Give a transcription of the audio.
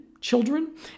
children